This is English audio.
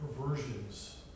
perversions